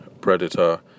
predator